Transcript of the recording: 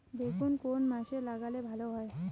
বেগুন কোন মাসে লাগালে ভালো হয়?